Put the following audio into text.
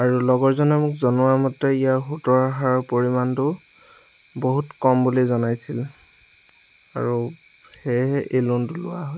আৰু লগৰজনে মোক জনোৱা মতে ইয়াৰ সুতৰ হাৰৰ পৰিমাণটোও বহুত কম বুলি জনাইছিল আৰু সেইয়েহে এই লোনটো লোৱা হয়